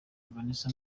vanessa